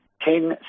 ten